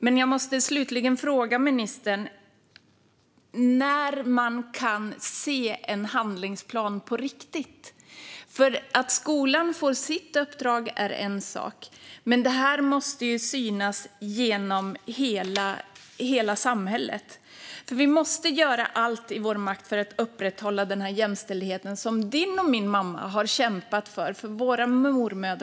Men jag måste slutligen fråga ministern: När kan man se en handlingsplan på riktigt? Att skolan får sitt uppdrag är en sak, men detta måste synas i hela samhället. Vi måste göra allt i vår makt för att upprätthålla den jämställdhet som din mamma och min mamma och våra mormödrar för vår skull har kämpat för.